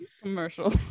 Commercial